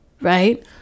right